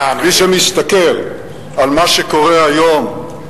מי שמסתכל על מה שקורה היום בקרב הציבור,